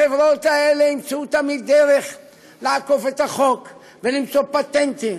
החברות האלה ימצאו תמיד דרך לעקוף את החוק ולמצוא פטנטים.